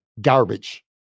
Garbage